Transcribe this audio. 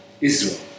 Israel